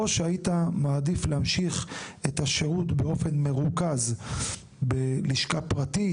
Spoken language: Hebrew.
או שהיית מעדיף להמשיך את השירות באופן מרוכז בלשכה פרטית,